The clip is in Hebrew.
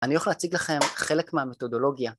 אני הולך להציג לכם חלק מהמתודולוגיה